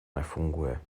nefunguje